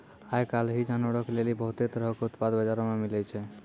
आइ काल्हि जानवरो के लेली बहुते तरहो के उत्पाद बजारो मे मिलै छै